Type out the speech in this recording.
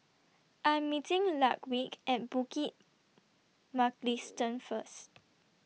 I Am meeting Ludwig At Bukit Mugliston First